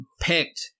picked